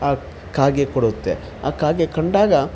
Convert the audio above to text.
ಆ ಕಾಗೆ ಕೊಡುತ್ತೆ ಆ ಕಾಗೆ ಕಂಡಾಗ